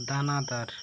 দানাাদার